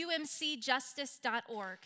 UMCjustice.org